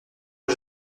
que